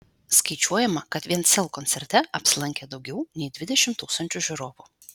skaičiuojama kad vien sel koncerte apsilankė daugiau nei dvidešimt tūkstančių žiūrovų